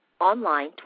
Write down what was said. online